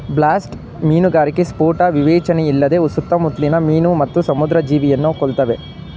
blast ಮೀನುಗಾರಿಕೆ ಸ್ಫೋಟ ವಿವೇಚನೆಯಿಲ್ಲದೆ ಸುತ್ತಮುತ್ಲಿನ ಮೀನು ಮತ್ತು ಸಮುದ್ರ ಜೀವಿಯನ್ನು ಕೊಲ್ತವೆ